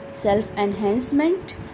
self-enhancement